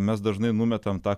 mes dažnai numetam tą